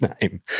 name